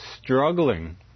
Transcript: struggling